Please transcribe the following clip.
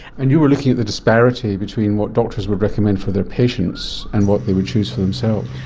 and you were looking at the disparity between what doctors would recommend for their patients and what they would choose for themselves.